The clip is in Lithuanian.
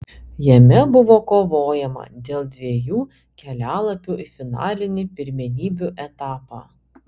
jame buvo kovojama dėl dviejų kelialapių į finalinį pirmenybių etapą